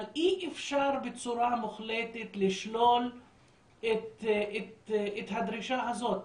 אי אפשר בצורה מוחלטת לשלול את הדרישה הזאת.